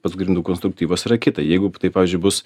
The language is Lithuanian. pats grindų konstruktyvas yra kita jeigu tai pavyzdžiui bus